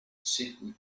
simply